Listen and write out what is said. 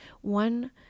One